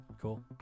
Cool